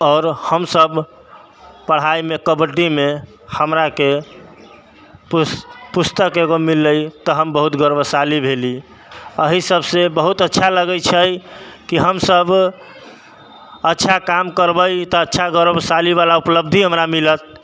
आओर हमसब पढ़ाइमे कबड्डीमे हमराके पुस्तक एगो मिललै तऽ हम बहुत गौरवशाली भेली अहि सबसँ बहुत अच्छा लगै छै कि हमसब अच्छा काम करबै तऽ अच्छा गौरवशालीवला उपलब्धि हमरा मिलत